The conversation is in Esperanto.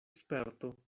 sperto